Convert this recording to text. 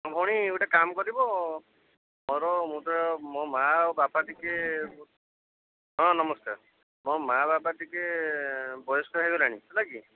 ଭଉଣୀ ଗୋଟେ କାମ କରିବ ମୋର ମୁଁ ତ ମୋ ମା ଆଉ ବାପା ଟିକେ ହଁ ନମସ୍କାର ମୋ ମା ବାପା ଟିକିଏ ବୟସ୍କ ହେଇ ଗଲେଣି ହେଲା କି